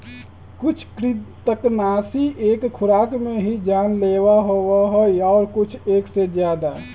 कुछ कृन्तकनाशी एक खुराक में ही जानलेवा होबा हई और कुछ एक से ज्यादा